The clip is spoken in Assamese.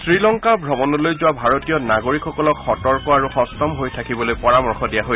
শ্ৰীলংকা ভ্ৰমণলৈ যোৱা ভাৰতীয় নাগৰিকসকলক সতৰ্ক আৰু সস্তম হৈ থাকিবলৈ পৰামৰ্শ দিয়া হৈছে